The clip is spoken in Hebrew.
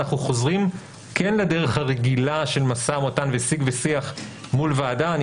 אנחנו חוזרים כן לדרך הרגילה של משא ומתן ושיג ושיח מול ועדה,